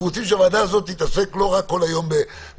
אנחנו רוצים שהוועדה הזאת תתעסק לא רק כל היום בקורונה.